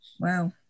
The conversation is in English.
Wow